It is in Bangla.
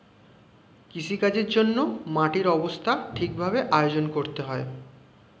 কৃষিকাজের জন্যে মাটির অবস্থা ঠিক ভাবে আয়োজন করতে হয়